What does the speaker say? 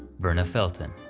verna felton.